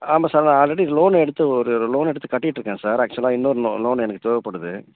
ஆமாம் சார் நான் already loan எடுத்து ஒரு லோன் எடுத்து கட்டிட்ருக்கேன் சார் ஆக்ச்சுவலாக இன்னொரு லோ லோன் எனக்குத் தேவைப்படுது